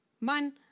man